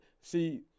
see